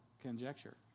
conjecture